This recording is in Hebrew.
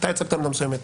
אתה הצגת עמדה מסוימת,